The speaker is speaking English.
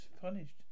punished